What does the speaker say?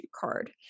card